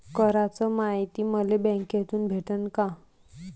कराच मायती मले बँकेतून भेटन का?